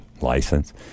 license